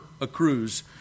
accrues